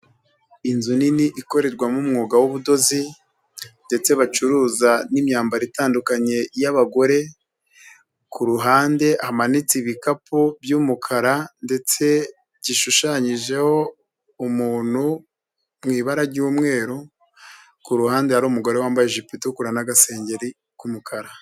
Inzu nini ikorerwamo umwuga w'ubudozi ndetse bacuruza n'imyambaro itandukanye y'abagore, ku ruhande hamanitse ibikapu by'umukara ndetse gishushanyijeho umuntu mu ibara ry'umweru, ku ruhande hari umugore wambaye ijipo itukura n'agasengeri k'umukara.